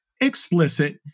explicit